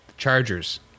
chargers